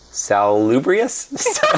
Salubrious